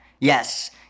Yes